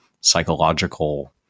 psychological